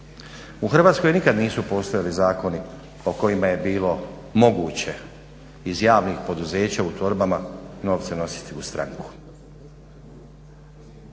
U Hrvatskoj nikad nisu postojali zakoni o kojima je bilo moguće iz javnih poduzeća u torbama novce nositi u stranku.